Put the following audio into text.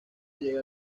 llega